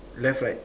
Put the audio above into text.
left right